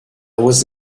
was